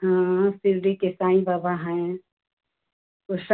हाँ शिर्डी के साईं बाबा हैं वह सब